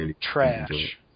trash